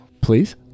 please